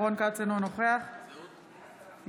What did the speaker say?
אינו נוכח רון כץ,